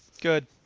Good